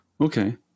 Okay